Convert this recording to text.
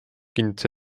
kinnitas